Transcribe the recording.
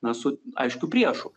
na su aiškiu priešu